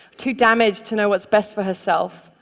too damaged to know what's best for herself,